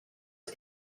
are